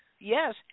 yes